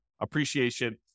appreciation